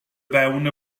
fewn